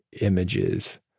images